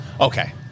Okay